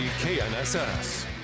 KNSS